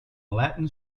latin